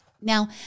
Now